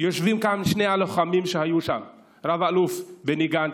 יושבים כאן שני לוחמים שהיו שם, רב-אלוף בני גנץ